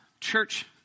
church